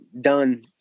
done